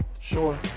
sure